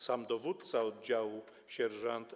Sam dowódca oddziału sierż.